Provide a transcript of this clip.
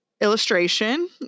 illustration